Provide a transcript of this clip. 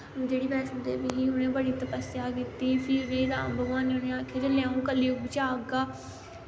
जेह्ड़ी बैष्णो देवी ही उ'नें बड़ी तपस्सेआ कीती फ्ही उनेंई राम भगवान ने आक्खेआ जिसलै अ'ऊं कलियुगग बिच्च आह्गा